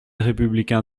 républicain